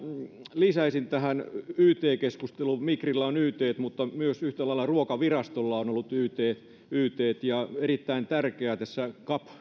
lisäisin tähän yt keskusteluun että migrillä on ytt mutta yhtä lailla myös ruokavirastolla on ollut ytt ytt on erittäin tärkeää cap